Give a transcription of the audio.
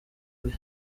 bwe